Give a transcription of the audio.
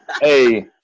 hey